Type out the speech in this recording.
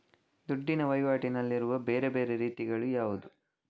ದುಡ್ಡಿನ ವಹಿವಾಟಿನಲ್ಲಿರುವ ಬೇರೆ ಬೇರೆ ರೀತಿಗಳು ಯಾವುದು?